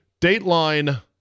Dateline